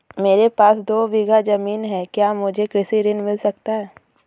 मेरे पास दो बीघा ज़मीन है क्या मुझे कृषि ऋण मिल सकता है?